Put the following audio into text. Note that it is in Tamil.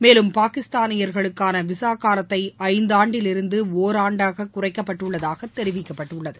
மேலும் பாகிஸ்தானியர்களுக்கான விசா காலத்தை ஐந்தாண்டிலிருந்து ஒராண்டாக குறைக்கப்பட்டுள்ளதாக தெரிவிக்கப்பட்டுள்ளது